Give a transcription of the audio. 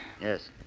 Yes